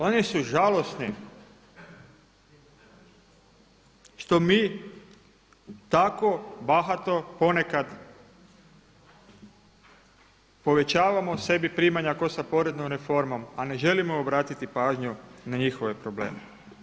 Oni su žalosni što mi tako bahato ponekad povećavamo sebi primanja kao sa poreznom reformom, a ne želimo obratiti pažnju na njihove probleme.